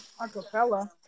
acapella